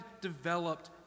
developed